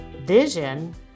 vision